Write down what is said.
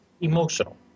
emotional